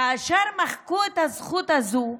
כאשר מחקו את הזכות הזו,